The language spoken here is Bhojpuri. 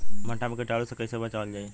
भनटा मे कीटाणु से कईसे बचावल जाई?